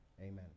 Amen